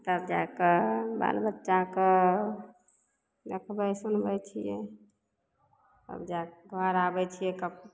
तब जा कऽ बाल बच्चाके देखबै सुनबै छियै तब जा कऽ घर आबै छियै कप